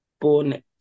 born